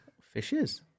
fishes